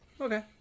Okay